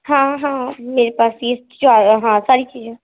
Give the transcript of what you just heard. ہاں ہاں میرے پاس یہ چار ہاں ساری چیزیں ہیں